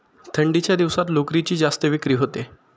थंडीच्या दिवसात लोकरीची जास्त विक्री होते